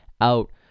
out